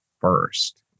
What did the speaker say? first